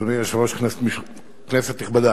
אדוני היושב-ראש, כנסת נכבדה,